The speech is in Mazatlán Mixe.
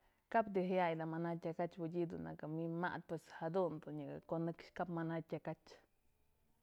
Kap di'ij jaya'ay mana tyakach madyë dun nëkë min ma'ad pues jadun dun nyëk kunëx kap mada tyakach.